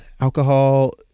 alcohol